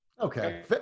Okay